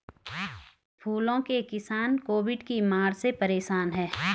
फूलों के किसान कोविड की मार से परेशान है